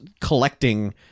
collecting